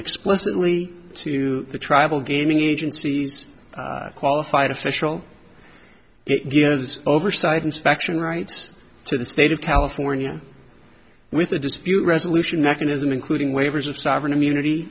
explicitly to the tribal gaming agency's qualified official it gives oversight inspection rights to the state of california with a dispute resolution mechanism including waivers of sovereign immunity